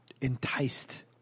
enticed